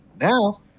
Now